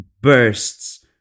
bursts